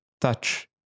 touch